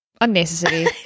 unnecessary